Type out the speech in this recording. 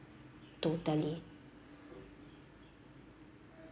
totally